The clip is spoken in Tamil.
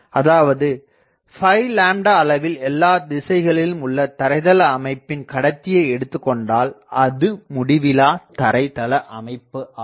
அதாவது 5அளவில் எல்லாதிசைகளிலும் உள்ள தரைதள அமைப்பின் கடத்தியைஎடுத்துக்கொண்டால் அது முடிவிலா தரைதள அமைப்பாகும்